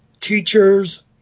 teachers